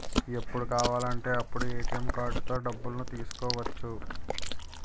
ఎప్పుడు కావాలంటే అప్పుడు ఏ.టి.ఎం కార్డుతో డబ్బులు తీసుకోవచ్చు